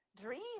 dream